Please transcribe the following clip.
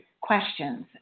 questions